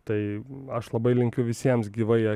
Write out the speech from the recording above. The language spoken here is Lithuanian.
tai aš labai linkiu visiems gyvai